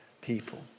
people